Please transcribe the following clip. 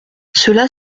cela